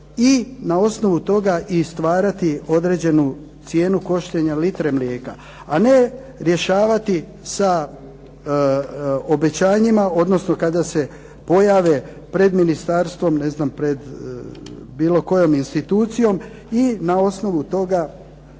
i na osnovu toga i stvarati određenu cijenu koštanja litre mlijeka, a ne rješavati sa obećanjima, odnosno kada se pojave pred ministarstvom, ne znam pred bilo kojom institucijom i na osnovu toga